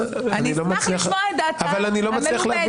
למה --- אני אשמח לשמוע את דעתה המלומדת,